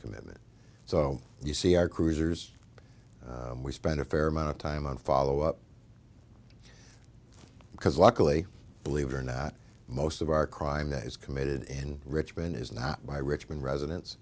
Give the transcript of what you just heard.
commitment so you see our cruisers we spend a fair amount of time on follow up because luckily believe it or not most of our crime is committed in richmond is not by richmond residen